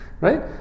Right